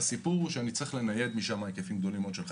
הסיפור הוא שאני צריך לנייד משם היקפים גדולים מאוד של חיילים.